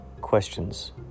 questions